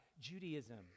Judaism